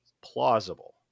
plausible